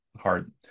hard